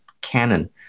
canon